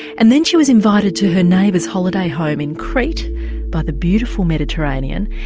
and then she was invited to her neighbour's holiday home in crete by the beautiful mediterranean.